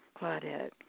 Claudette